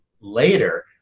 later